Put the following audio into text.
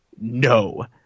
No